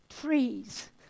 trees